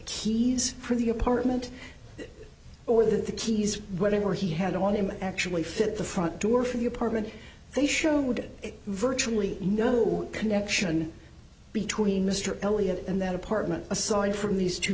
keys for the apartment or that the keys whatever he had on him actually fit the front door for the apartment they showed it virtually no connection between mr elliott and that apartment aside from these two